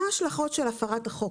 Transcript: מה ההשלכות של הפרת החוק?